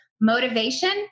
motivation